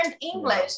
english